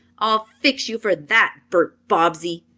i'll fix you for that, bert bobbsey!